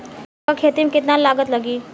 लौका के खेती में केतना लागत लागी?